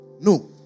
no